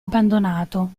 abbandonato